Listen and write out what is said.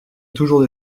toujours